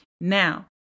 Now